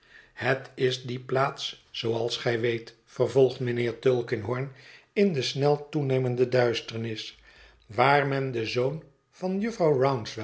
het is die plaats zooals gij weet vervolgt mijnheer tulkinghorn in de snel toenemende duisternis waar men den zoon van jufvrouw